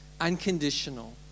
unconditional